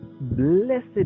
blessed